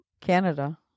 Canada